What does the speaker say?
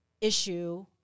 issue